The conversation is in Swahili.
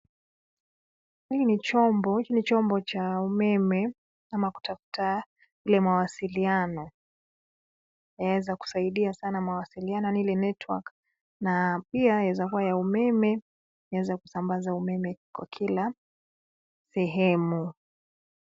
Hii ni chombo cha umeme ama kutafuta ile mawasiliano, yaeza kusaidia sana mawasiliano yaani ile network na pia yaeza kua ya umeme, yaeza kusambaza umeme kwa kila sehemu.